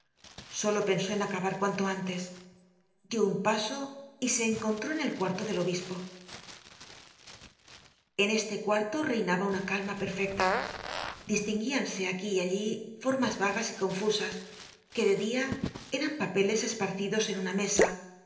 solo pensó en acabar cuanto antes dió un paso y se encontró en el cuarto del obispo en este cuarto reinaba una calma perfecta distinguíanse aquí y allí formas vagas y confusas que de dia eran papeles esparcidos en üna mesa